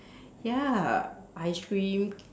ya ice cream